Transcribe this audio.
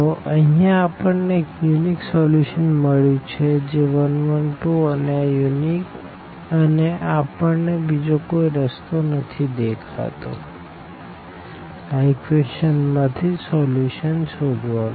તો અહિયાં આપણને એક યુનિક સોલ્યુશન મળ્યું જે છે 1 1 2 અને આ યુનિક છે અને આપણ ને બીજો કોઈ રસ્તો નથી દેખાતો આ ઇક્વેશન માં થી સોલ્યુશન શોધવાનો